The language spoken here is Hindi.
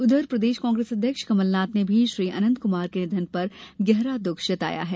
वहीं प्रदेश कांग्रेस अध्यक्ष कमलनाथ ने भी श्री अनंत कुमार के निधन पर दुःख जताया है